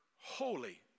holy